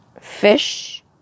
fish